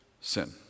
sin